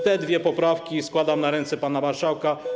Te dwie poprawki składam na ręce pana marszałka.